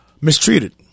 mistreated